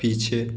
पीछे